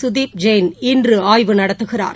சுதீப் ஜெயின் இன்றுஆய்வு நடத்துகிறார்